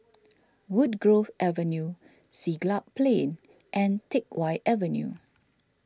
Woodgrove Avenue Siglap Plain and Teck Whye Avenue